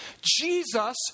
Jesus